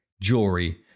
jewelry